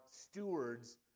stewards